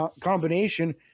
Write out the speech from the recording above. combination